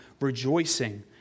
rejoicing